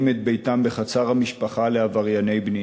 את ביתם בחצר המשפחה לעברייני בנייה.